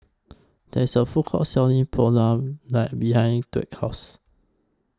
There IS A Food Court Selling Pulao net behind Dwight's House